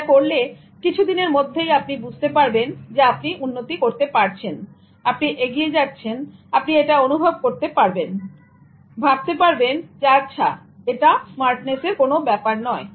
এটা করলে কিছুদিনের মধ্যেই আপনি বুঝতে পারবেন আপনি উন্নতি করতে পারছেন আপনি এগিয়ে যাচ্ছেন আপনি এটা অনুভব করতে পারবেন ভাবতে পারবেনআচ্ছাএটা স্মার্টনেসের কোন ব্যাপার নয়